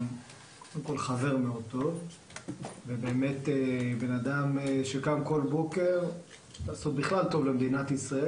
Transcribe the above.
אתה חבר מאוד טוב ובן אדם שקם כל בוקר לעשות בכלל טוב למדינת ישראל